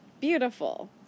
beautiful